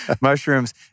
Mushrooms